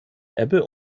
ebbe